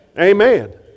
Amen